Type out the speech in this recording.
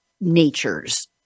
natures